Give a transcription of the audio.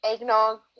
eggnog